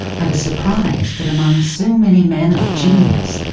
i was surprised that among so many men of genius,